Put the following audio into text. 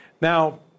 Now